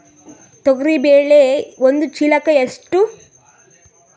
ತೊಗರಿ ಬೇಳೆ ಒಂದು ಚೀಲಕ ಎಷ್ಟು?